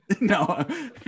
No